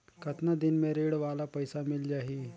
कतना दिन मे ऋण वाला पइसा मिल जाहि?